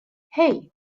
hey